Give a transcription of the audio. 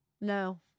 No